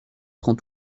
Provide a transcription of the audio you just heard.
prend